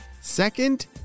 Second